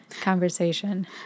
conversation